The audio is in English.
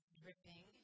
dripping